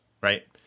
Right